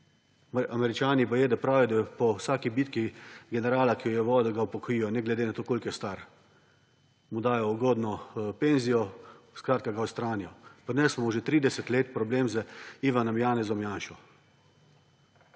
Američani, baje, da pravijo, da po vsaki bitki generala, ki jo je vodil, upokojijo, ne glede na to, koliko je star. Mu dajo ugodno penzijo, skratka, ga odstranijo. Pri nas imamo že 30 let problem z Ivanom Janezom Janšo.